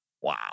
Wow